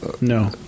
No